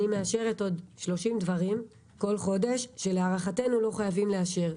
אני מאשרת עוד 30 דברים בכל חודש שלהערכתנו לא חייבים לאשר.